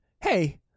hey